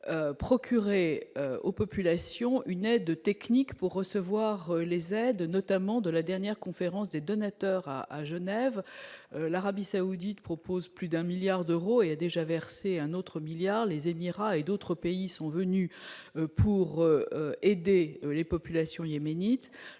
procurer aux populations une aide technique pour recevoir les aides, notamment de la dernière conférence des donateurs à à Genève, l'Arabie Saoudite propose plus d'un milliard d'euros, et a déjà versé un autre milliard les Émirats et d'autres pays sont venus pour aider les populations yéménite,